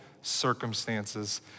circumstances